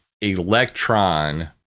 electron